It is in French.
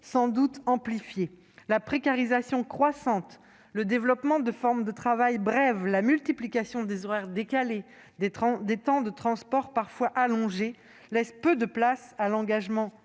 sans doute amplifié. La précarisation croissante, le développement de formes brèves de travail, la multiplication des horaires décalés, les temps de transports allongés laissent peu de place à l'engagement